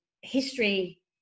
history